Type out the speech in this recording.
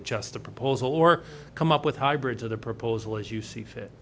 adjust a proposal or come up with hybrids or the proposal as you see fit